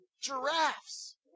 giraffes